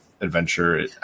adventure